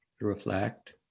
reflect